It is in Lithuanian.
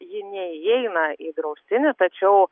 ji neįeina į draustinį tačiau